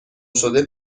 شده